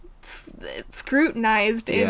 scrutinized